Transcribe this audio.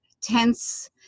tense